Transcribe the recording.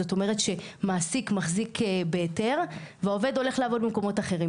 זאת אומרת שמעסיק מחזיק בהיתר והעובד הולך לעבוד במקומות אחרים,